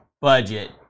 budget